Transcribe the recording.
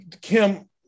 Kim